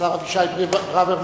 השר אבישי ברוורמן,